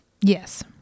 Yes